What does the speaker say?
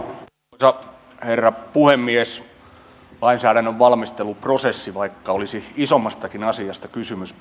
arvoisa herra puhemies lainsäädännön valmisteluprosessi vaikka olisi isommastakin asiasta kysymys